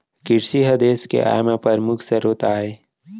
किरसी ह देस के आय म परमुख सरोत आय